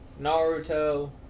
Naruto